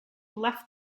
left